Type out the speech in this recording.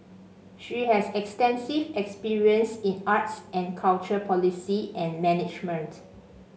she has extensive experience in arts and culture policy and management